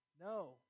No